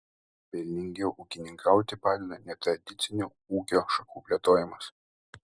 pelningiau ūkininkauti padeda netradicinių ūkio šakų plėtojimas